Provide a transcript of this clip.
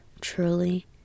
truly